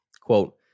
Quote